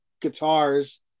guitars